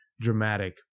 dramatic